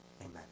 Amen